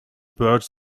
birds